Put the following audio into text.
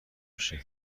میشه